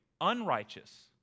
unrighteous